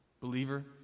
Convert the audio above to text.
believer